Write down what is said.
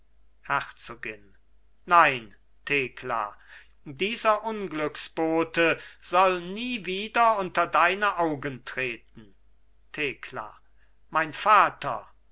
herzogin nein thekla dieser unglücksbote soll nie wieder unter deine augen treten thekla mein vater